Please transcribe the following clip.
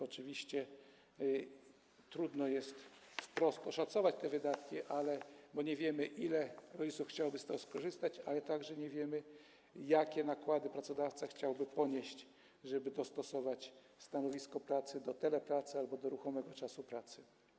Oczywiście trudno jest wprost oszacować te wydatki, bo nie wiemy, ilu rodziców chciałoby z tego skorzystać, ale także nie wiemy, jakie nakłady pracodawca chciałby ponieść, żeby dostosować stanowisko pracy, jeżeli chodzi o telepracę albo ruchomy czas pracy.